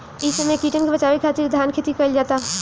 इ समय कीटन के बाचावे खातिर धान खेती कईल जाता